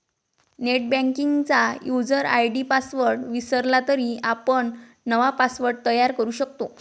नेटबँकिंगचा user ID password विसरला तरी आपण नवा पासवर्ड तयार करू शकतो